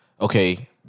Okay